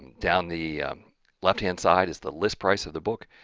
down the left-hand side is the list price of the book,